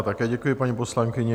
Také děkuji paní poslankyni.